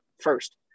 First